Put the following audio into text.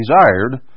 desired